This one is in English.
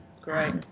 Great